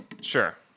Sure